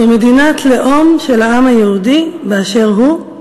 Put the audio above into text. זאת מדינת לאום של העם היהודי באשר הוא.